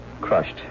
crushed